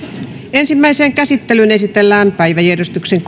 ensimmäiseen käsittelyyn esitellään päiväjärjestyksen